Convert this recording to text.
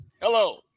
hello